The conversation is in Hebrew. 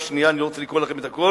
שנייה, אני לא רוצה לקרוא לכם הכול,